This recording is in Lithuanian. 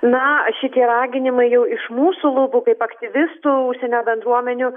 na šitie raginimai jau iš mūsų lūpų kaip aktyvistų užsienio bendruomenių